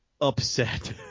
upset